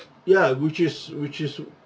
ya which is which is